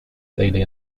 daily